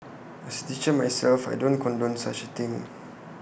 as A teacher myself I don't condone such A thing